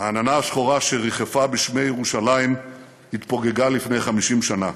העננה השחורה שריחפה בשמי ירושלים התפוגגה לפני 50 שנה.